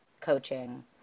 coaching